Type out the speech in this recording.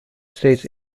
states